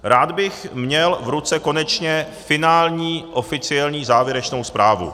Rád bych měl v ruce konečně finální, oficiální závěrečnou zprávu.